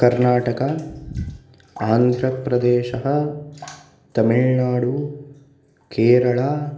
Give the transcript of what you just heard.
कर्णाटका आन्ध्रप्रदेशः तमिल्नाडु केरला